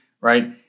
Right